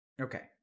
Okay